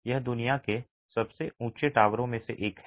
यह दुनिया के सबसे ऊंचे टॉवरों में से एक है